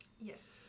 Yes